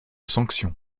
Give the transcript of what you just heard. sanction